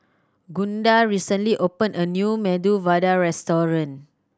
Gunda recently opened a new Medu Vada Restaurant